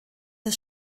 des